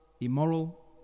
Immoral